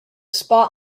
spot